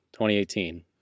2018